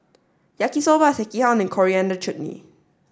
Yaki Soba Sekihan and Coriander Chutney